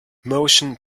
motion